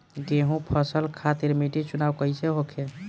गेंहू फसल खातिर मिट्टी चुनाव कईसे होखे?